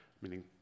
Meaning